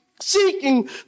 seeking